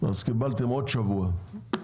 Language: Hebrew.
אז קיבלתם עוד שבוע.